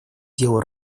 делу